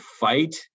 fight